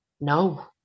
no